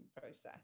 process